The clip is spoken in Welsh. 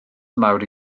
mawr